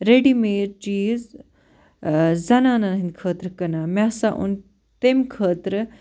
ready made چیٖز زنانن ہٕنٛد خٲطرٕ کٕنان مےٚ ہسا اوٚن تٔمۍ خٲطرٕ